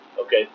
Okay